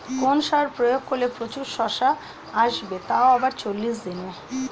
কোন সার প্রয়োগ করলে প্রচুর শশা আসবে তাও আবার চল্লিশ দিনে?